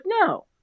no